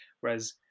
Whereas